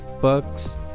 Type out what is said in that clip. bucks